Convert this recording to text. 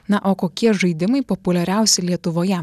na o kokie žaidimai populiariausi lietuvoje